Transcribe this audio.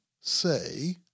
say